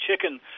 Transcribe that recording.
chicken